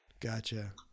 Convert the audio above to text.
Gotcha